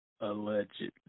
Allegedly